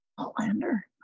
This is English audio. Outlander